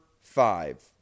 five